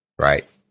right